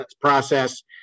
process